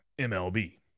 MLB